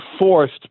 forced